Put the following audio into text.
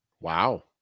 Wow